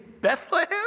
Bethlehem